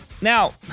Now